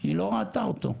היא לא ראתה אותו.